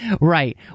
Right